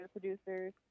producers